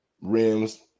rims